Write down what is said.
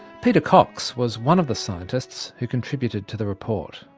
peter cox was one of the scientists who contributed to the report.